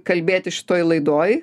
kalbėti šitoj laidoj